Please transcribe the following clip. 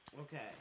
okay